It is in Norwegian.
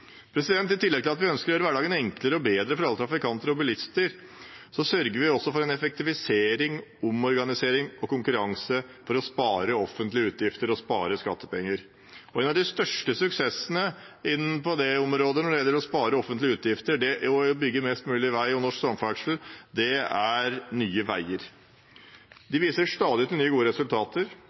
opposisjonen. I tillegg til at vi ønsker å gjøre hverdagen enklere og bedre for alle trafikanter, også bilister, sørger vi for effektivisering, omorganisering og konkurranse for å spare offentlige utgifter og skattepenger. En av de største suksessene innenfor området samferdsel når det gjelder å spare offentlige utgifter og bygge mest mulig vei, er Nye Veier. De viser stadig til nye, gode resultater.